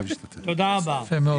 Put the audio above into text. תודה רבה.